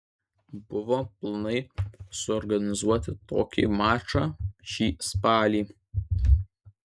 buvo planai suorganizuoti tokį mačą šį spalį